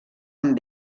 amb